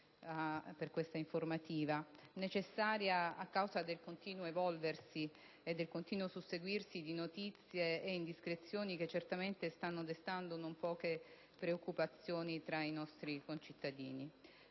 questa informativa, che è necessaria a causa del continuo evolversi e susseguirsi di notizie ed indiscrezioni che certamente stanno destando non poche preoccupazioni tra i nostri concittadini.